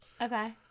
okay